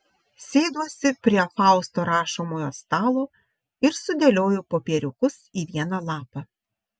sėduosi prie fausto rašomojo stalo ir sudėlioju popieriukus į vieną lapą